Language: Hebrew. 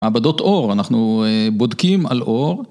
מעבדות אור, אנחנו בודקים על אור.